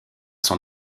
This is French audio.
sont